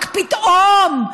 רק פתאום,